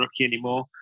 anymore